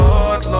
Lord